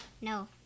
No